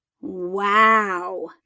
wow